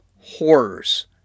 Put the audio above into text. horrors